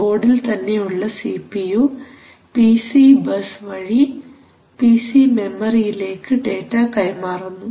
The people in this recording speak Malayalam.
ബോർഡിൽ തന്നെയുള്ള C P U P C bus വഴി പി സി മെമ്മറിയിലേക്ക് ഡേറ്റ കൈമാറുന്നു